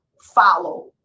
follow